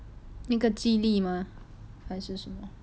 那个激励吗还是什么